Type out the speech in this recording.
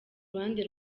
ruhande